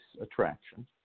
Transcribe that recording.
attraction